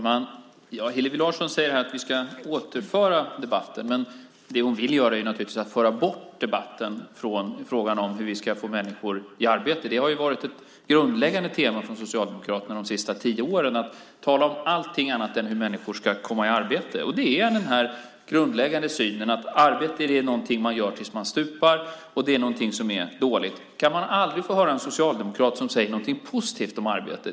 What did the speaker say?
Fru talman! Hillevi Larsson säger här att vi ska återföra debatten till ämnet, men det hon vill göra är naturligtvis att föra bort debatten från frågan om hur vi ska få människor i arbete. Det har varit ett grundläggande tema för Socialdemokraterna de senaste tio åren att tala om allt annat än hur människor ska komma i arbete. Den grundläggande synen är att arbete är något man ägnar sig åt tills man stupar och att det är något som är dåligt. Kan man aldrig få höra en socialdemokrat som säger något positivt om arbete?